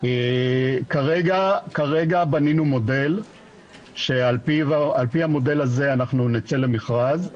כרגע בנינו מודל שעל פיו נצא למכרז.